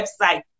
website